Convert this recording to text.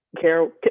Carol